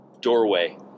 Doorway